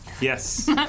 Yes